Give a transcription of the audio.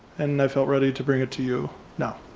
and and i felt ready to bring it to you now.